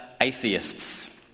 atheists